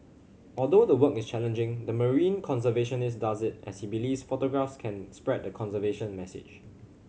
although the work is challenging the marine conservationist does it as he believes photographs can spread the conservation message